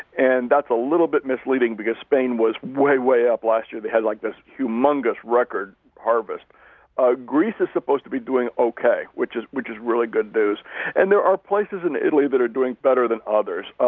and that's a little bit misleading because spain was way, way up last year. they had like this humongous, record harvest ah greece is supposed to be doing ok, which is which is really good news and there are places in italy that are doing better than others.